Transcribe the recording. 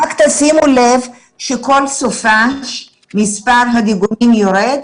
רק תשימו לב שכל סופ"ש מספר הדיגומים יורד,